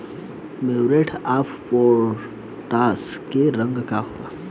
Muriate of potash के रंग का होला?